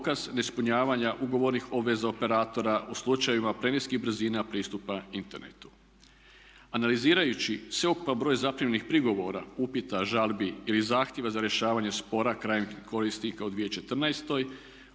dokaz neispunjavanja ugovornih obveza operatora u slučajevima preniskih brzina pristupa internetu. Analizirajući sveukupan broj zaprimljenih prigovora, upita, žalbi ili zahtjeva za rješavanje spora krajnjih korisnika u 2014.